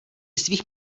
svých